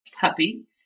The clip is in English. puppy